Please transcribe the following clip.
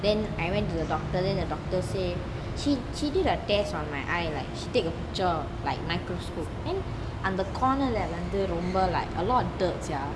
then I went to the doctor then the doctor say she she did a test on my eye like she take a picture like microscope then on the corner வந்து:vanthu like a lot of dirt sia